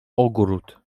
ogród